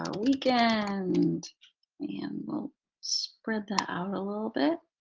ah weekend and and we'll spread that out a little bit.